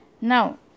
Now